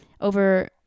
over